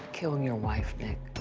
kill your wife nick?